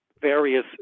various